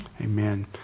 Amen